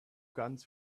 guns